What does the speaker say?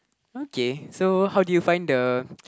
okay so how do you find the